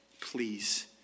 Please